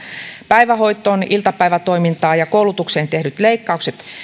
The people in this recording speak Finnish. päivähoitoon iltapäivätoimintaan ja koulutukseen tehdyt leikkaukset